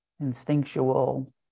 instinctual